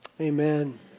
amen